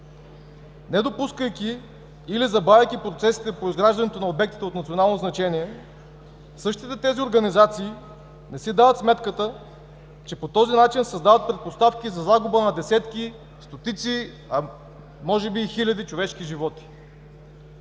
Недопускайки или забавяйки процесите по изграждането на обектите от национално значение, същите тези организации не си дават сметката, че по този начин създават предпоставки за загуба на десетки, стотици, а може би и хиляди човешки животи,